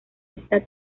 esta